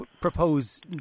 propose